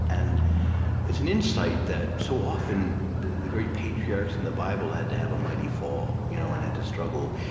and it's an insight that so often, the great patriarchs in the bible had to have a mighty fall you know and had to struggle,